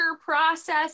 process